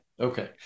Okay